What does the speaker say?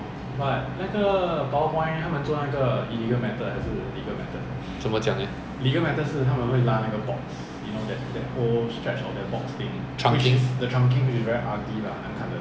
it's just drill a bit of drain then hide the three wires inside and cover it with putty again lah